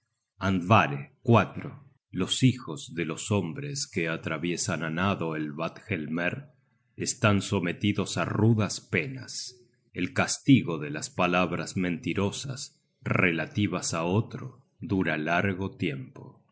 verbales andvare los hijos de los hombres que atraviesan á nado el vadgelmer están sometidos á rudas penas el castigo de las palabras mentirosas relativas á otro dura largo tiempo